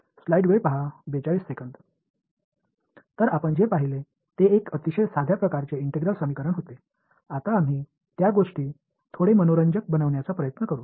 तर आपण जे पाहिले ते एक अतिशय साध्या प्रकाराचे इंटिग्रल समीकरण होते आता आम्ही त्या गोष्टी थोडे मनोरंजक बनवण्याचा प्रयत्न करू